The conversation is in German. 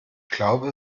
glaube